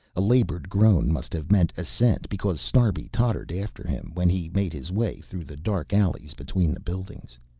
a labored groan must have meant assent because snarbi tottered after him when he made his way through the dark alleys between the buildings.